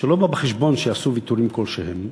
שלא בא בחשבון שיעשו ויתורים כלשהם,